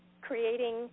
creating